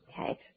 okay